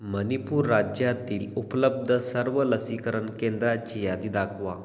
मणिपूर राज्यातील उपलब्ध सर्व लसीकरण केंद्रांची यादी दाखवा